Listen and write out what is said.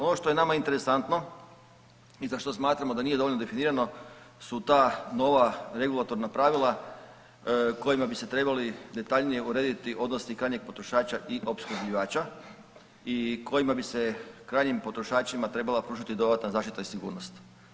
Ono što je nama interesantno i za što smatramo da nije dovoljno definirano su ta nova regulatorna pravila kojima bi se trebali detaljnije urediti odnosi krajnjeg potrošača i opskrbljivača i kojima bi se krajnjim potrošačima trebala pružiti dodatna zaštita i sigurnost.